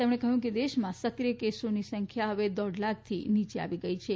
તેમણે કહ્યું કે દેશમાં સક્રીય કેસોની સંખ્યા દોઢ લાખથી નીચે આવી ગઇ છે